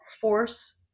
force